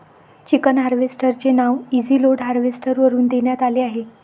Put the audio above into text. chicken harvester चे नाव easy load harvester वरून देण्यात आले आहे